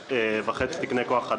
המדיניות נקבעת בהתאם לצורכי